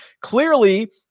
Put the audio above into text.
Clearly